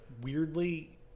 weirdly